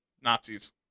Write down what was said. Nazis